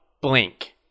blink